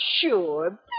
sure